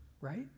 right